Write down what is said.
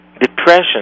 depression